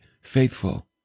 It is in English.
faithful